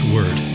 Word